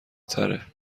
تره